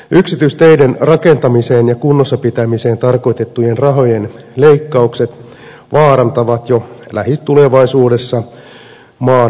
yksityisteiden rakentamiseen ja kunnossapitoon tarkoitettujen rahojen leikkaukset vaarantavat jo lähitulevaisuudessa maan puuhuollon